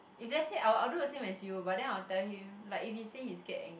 if let's say I'll I'll do the same as you but then I'll tell him like if he say he scared ang~